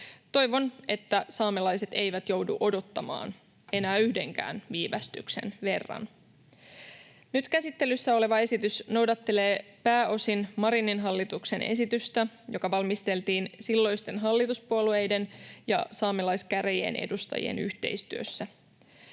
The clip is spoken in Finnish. Toivon, että saamelaiset eivät joudu odottamaan enää yhdenkään viivästyksen verran. Nyt käsittelyssä oleva esitys noudattelee pääosin Marinin hallituksen esitystä, joka valmisteltiin silloisten hallituspuolueiden ja saamelaiskäräjien edustajien yhteistyössä.